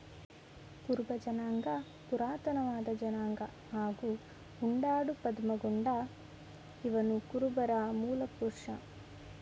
ಕುರುಬ ಜನಾಂಗ ಪುರಾತನವಾದ ಜನಾಂಗ ಹಾಗೂ ಉಂಡಾಡು ಪದ್ಮಗೊಂಡ ಇವನುಕುರುಬರ ಮೂಲಪುರುಷ